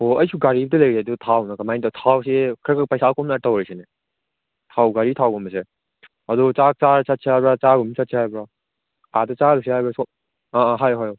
ꯑꯣ ꯑꯩꯁꯨ ꯒꯥꯔꯤꯕꯨꯗꯤ ꯂꯩꯔꯦ ꯑꯗꯨ ꯊꯥꯎꯅ ꯀꯃꯥꯏ ꯊꯥꯎꯁꯤ ꯈꯔ ꯈꯔ ꯄꯩꯁꯥ ꯈꯣꯝꯅꯔ ꯇꯧꯔꯁꯤꯅꯦ ꯊꯥꯎ ꯒꯥꯔꯤ ꯊꯥꯎꯒꯨꯝꯕꯁꯦ ꯑꯗꯨ ꯆꯥꯛ ꯆꯥꯔ ꯆꯠꯁꯦ ꯍꯥꯏꯕ꯭ꯔꯥ ꯆꯥꯗꯅ ꯑꯗꯨꯝ ꯆꯠꯁꯦ ꯍꯥꯏꯕ꯭ꯔꯣ ꯑꯗꯥ ꯆꯥꯔꯨꯁꯤꯔꯥ ꯍꯥꯏꯕ꯭ꯔꯥ ꯑꯥ ꯍꯥꯏꯌꯣ ꯍꯥꯏꯌꯣ